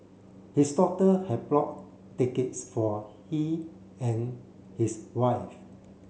his daughter had brought tickets for he and his wife